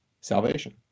salvation